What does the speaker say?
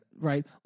Right